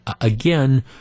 again